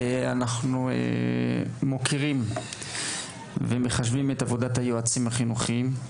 אנחנו מוקירים ומחשיבים את עבודת היועצים החינוכיים,